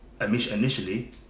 Initially